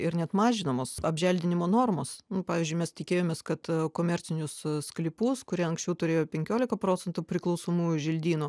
ir net mažinamos apželdinimo normos pavyzdžiui mes tikėjomės kad komercinius sklypus kurie anksčiau turėjo penkiolika procentų priklausomųjų želdynų